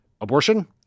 abortion